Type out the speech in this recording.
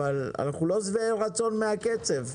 אבל אנחנו לא שבעי רצון מהקצב.